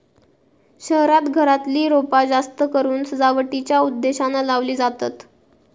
शहरांत घरातली रोपा जास्तकरून सजावटीच्या उद्देशानं लावली जातत